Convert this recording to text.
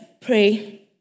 pray